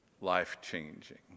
life-changing